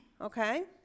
Okay